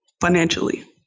financially